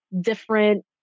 different